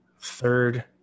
third